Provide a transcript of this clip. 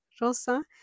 Rosa